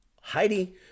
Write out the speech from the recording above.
Heidi